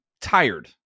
tired